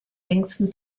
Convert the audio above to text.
längsten